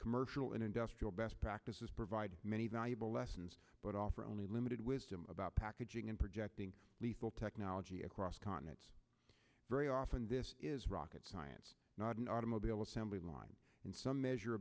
commercial and industrial best practices provide many valuable lessons but offer only limited wisdom about packaging and projecting lethal technology across continents very often this is rocket science not an automobile assembly line and some measure